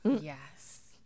Yes